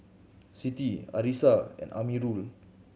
Siti Arissa and Amirul